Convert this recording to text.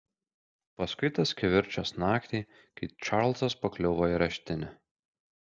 paskui tas kivirčas naktį kai čarlzas pakliuvo į areštinę